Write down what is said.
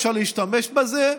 אפשר להשתמש בזה,